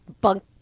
bunk